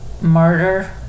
murder